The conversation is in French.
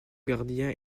gardien